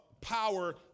power